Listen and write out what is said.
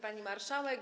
Pani Marszałek!